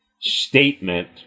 statement